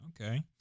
Okay